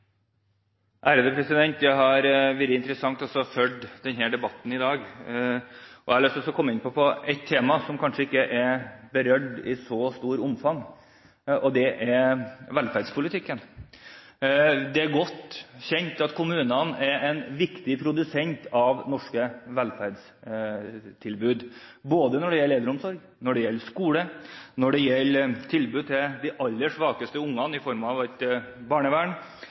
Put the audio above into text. har vært interessant å følge debatten i dag, og jeg har lyst til å komme inn på et tema som kanskje ikke har vært berørt i så stort omfang, og det er velferdspolitikken. Det er godt kjent at kommunene er en viktig produsent av norske velferdstilbud når det gjelder eldreomsorg, når det gjelder skole, når det gjelder tilbud til de aller svakest stilte ungene i form av et barnevern,